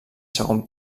segon